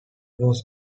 was